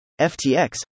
FTX